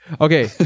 Okay